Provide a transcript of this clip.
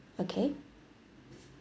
okay